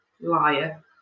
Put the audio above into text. Liar